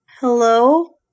Hello